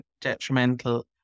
detrimental